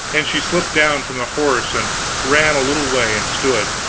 and she slipped down from the horse and ran a little way and stood.